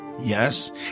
Yes